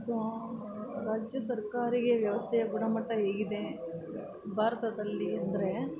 ರಾಜ್ಯ ಸಾರಿಗೆ ವ್ಯವಸ್ಥೆಯ ಗುಣಮಟ್ಟ ಹೇಗಿದೆ ಭಾರತದಲ್ಲಿ ಅಂದರೆ